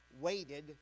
waited